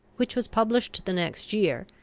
which was published the next year,